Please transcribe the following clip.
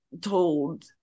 told